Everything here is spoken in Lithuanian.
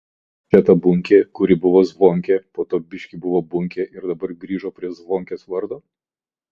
čia ta bunkė kuri buvo zvonkė po to biškį buvo bunkė ir dabar grįžo prie zvonkės vardo